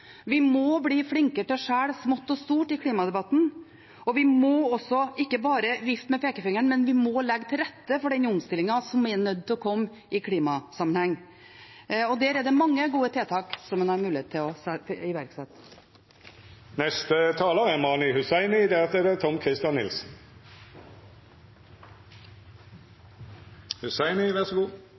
Vi må bli flinkere til å skille mellom smått og stort i klimadebatten, og vi må ikke bare vifte med pekefingeren, men legge til rette for den omstillingen som er nødt til å komme i klimasammenheng. Der er det mange gode tiltak som en har mulighet til å iverksette. Jeg hadde lyst til